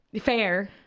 Fair